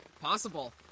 possible